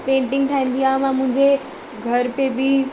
painting ठाहींदी आहियां मां मुंहिंजे घर पे बि